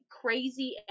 crazy